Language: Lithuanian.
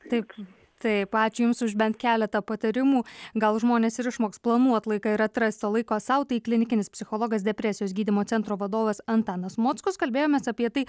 taip taip ačiū jums už bent keletą patarimų gal žmonės ir išmoks planuot laiką ir atrasti laiko sau tai klinikinis psichologas depresijos gydymo centro vadovas antanas mockus kalbėjomės apie tai